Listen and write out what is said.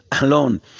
alone